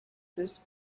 this